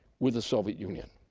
with the soviet union.